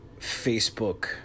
Facebook